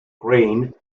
crane